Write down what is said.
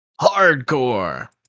Hardcore